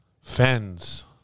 Fans